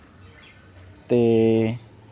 ते